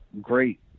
great